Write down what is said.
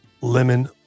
lemon